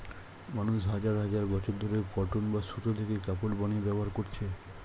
মানুষ হাজার হাজার বছর ধরে কটন বা সুতো থেকে কাপড় বানিয়ে ব্যবহার করছে